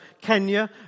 Kenya